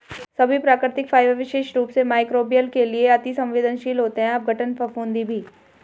सभी प्राकृतिक फाइबर विशेष रूप से मइक्रोबियल के लिए अति सवेंदनशील होते हैं अपघटन, फफूंदी भी